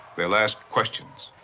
they'll ask questions.